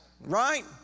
right